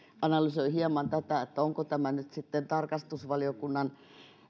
analysoi hieman tätä onko tämä nyt sitten tarkastusvaliokunnan